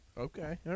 Okay